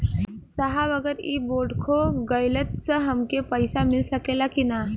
साहब अगर इ बोडखो गईलतऽ हमके पैसा मिल सकेला की ना?